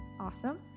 awesome